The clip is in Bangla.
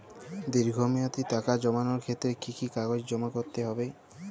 দীর্ঘ মেয়াদি টাকা জমানোর ক্ষেত্রে কি কি কাগজ জমা করতে হবে?